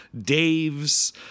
Dave's